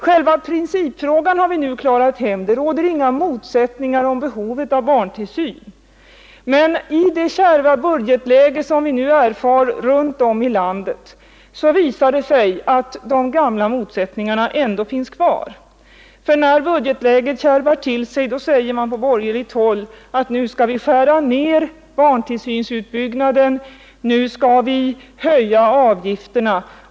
Själva principfrågan har vi nu klarat av, och det råder inte längre några motsatta meningar om behovet av barntillsyn. Men i det kärva budgetläge vi nu känner av runt om i landet visar det sig att de gamla motsättningarna ändå finns kvar. När budgetläget kärvar till sig säger man nämligen på borgerligt håll att nu skall vi skära ned barntillsynsutbyggnaden, nu skall vi höja avgifterna.